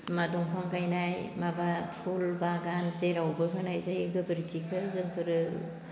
मा दंफां गायनाय माबा फुल बागान जेरावबो होनाय जायो गोबोरखिखो जोंफोरो